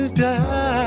Die